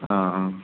ആ ആ